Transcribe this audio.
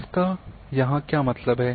इसका यहाँ क्या मतलब है